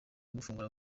gufungura